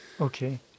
okay